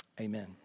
amen